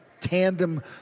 tandem